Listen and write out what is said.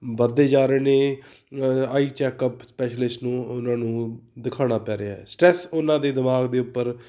ਵੱਧਦੇ ਜਾ ਰਹੇ ਨੇ ਆਈ ਚੈੱਕਅੱਪ ਸਪੈਸ਼ਲਿਸਟ ਨੂੰ ਉਹਨਾਂ ਨੂੰ ਦਿਖਾਉਣਾ ਪੈ ਰਿਹਾ ਸਟਰੈਸ ਉਹਨਾਂ ਦੇ ਦਿਮਾਗ ਦੇ ਉੱਪਰ